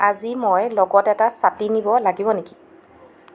আজি মই লগত এটা ছাতি নিব লাগিব নেকি